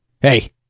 hey